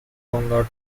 tonga